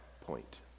point